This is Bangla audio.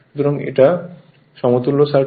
সুতরাং এখানে এটা সমতুল্য সার্কিট এর জন্য F2 sf হয়